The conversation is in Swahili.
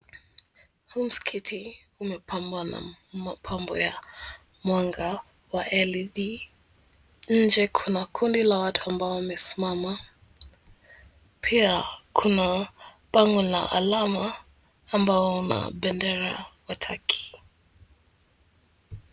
Msikiti umepambwa na mapambo ya mwanga wa LED, nje kuna kundi la watu ambao wamesimama. Pia kuna bango la alama ambao una bendera ya Turkey .